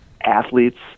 athletes